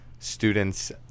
students